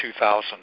2000